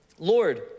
Lord